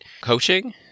coaching